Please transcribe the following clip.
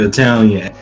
Italian